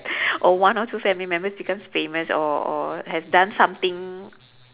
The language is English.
or one or two family members becomes famous or or has done something